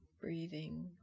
breathing